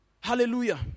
Hallelujah